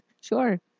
sure